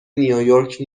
نیویورک